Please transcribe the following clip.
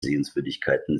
sehenswürdigkeiten